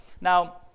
Now